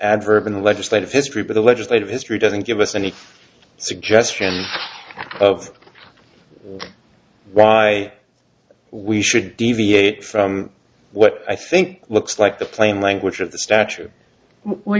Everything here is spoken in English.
adverb in the legislative history but the legislative history doesn't give us any suggestion of why we should deviate from what i think looks like the plain language of the statute wh